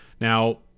Now